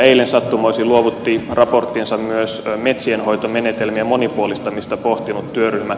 eilen sattumoisin luovutti raporttinsa myös metsienhoitomenetelmien monipuolistamista pohtinut työryhmä